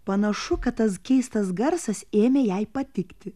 panašu kad tas keistas garsas ėmė jai patikti